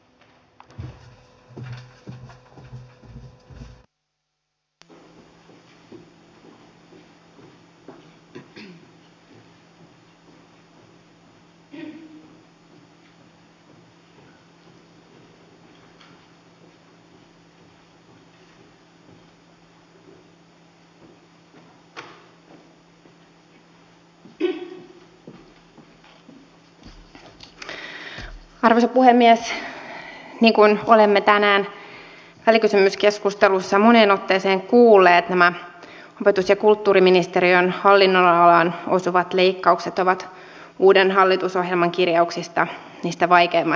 niin kuin olemme tänään välikysymyskeskustelussa moneen otteeseen kuulleet nämä opetus ja kulttuuriministeriön hallinnon alaan osuvat leikkaukset ovat uuden hallitusohjelman kirjauksista siitä vaikeimmasta päästä